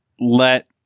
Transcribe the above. let